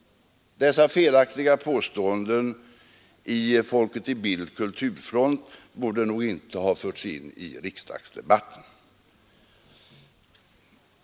Dessa felaktiga påståenden i Folket i Bild kulturfront borde inte ha förts in i riksdagsdebatten.